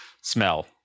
smell